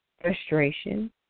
frustration